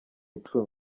icumi